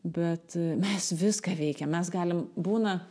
bet mes viską veikiam mes galim būna